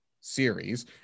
series